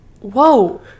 whoa